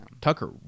Tucker